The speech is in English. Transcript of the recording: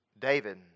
David